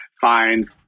find